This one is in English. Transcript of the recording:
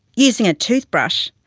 using a toothbrush,